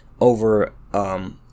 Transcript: over